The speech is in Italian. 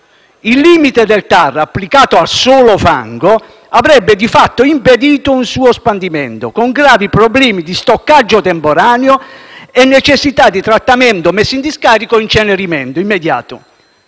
Il limite del TAR, applicato al solo fango, avrebbe difatti impedito un suo spandimento, con gravi problemi di stoccaggio temporaneo e necessità di trattamento, messa in discarica o incenerimento immediato.